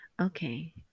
okay